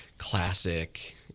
classic